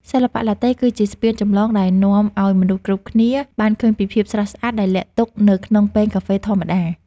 សិល្បៈឡាតេ គឺជាស្ពានចម្លងដែលនាំឱ្យមនុស្សគ្រប់គ្នាបានឃើញពីភាពស្រស់ស្អាតដែលលាក់ទុកនៅក្នុងពែងកាហ្វេធម្មតា។